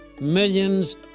Millions